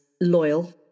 loyal